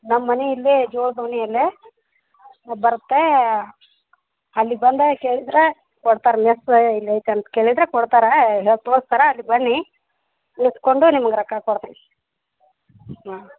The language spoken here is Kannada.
ನಮ್ಮ ಮನೆ ಇಲ್ಲೇ ಜೋಳ್ದ ಓಣಿಯಲ್ಲೇ ಅದು ಬರ್ತಾ ಅಲ್ಲಿ ಬಂದಾಗ ಕೇಳಿದ್ರೆ ಕೊಡ್ತಾರೆ ಮೆಸ್ಸು ಎಲ್ಲೈತೆ ಅಂತ ಕೇಳಿದ್ರೆ ಕೊಡ್ತಾರೆ ಅಲ್ಲಿ ತೋರ್ಸ್ತಾರೆ ಅಲ್ಗೆ ಬನ್ನಿ ಇಸ್ಕೊಂಡು ನಿಮ್ಗೆ ರೊಕ್ಕ ಕೊಡ್ತೇನೆ ಹಾಂ